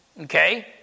Okay